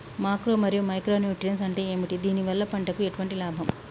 Macro మరియు micro nutrients అంటే ఏమిటి? దీనివల్ల పంటకు ఎటువంటి లాభం?